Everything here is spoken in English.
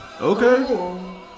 Okay